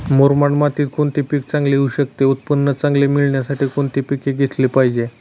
मुरमाड मातीत कोणते पीक चांगले येऊ शकते? उत्पादन चांगले मिळण्यासाठी कोणते पीक घेतले पाहिजे?